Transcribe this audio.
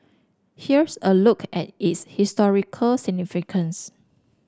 here's a look at its historical significance